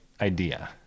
idea